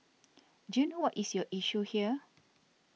do you know what is your issue here